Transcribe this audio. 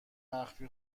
مخفی